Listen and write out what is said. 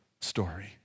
story